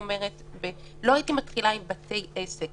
לא הייתי מתחילה עם בתי עסק,